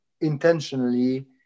intentionally